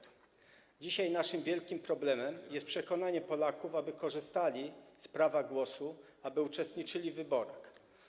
Dzisiaj naszym wielkim problemem jest przekonanie Polaków, aby korzystali z prawa głosu, aby uczestniczyli w wyborach.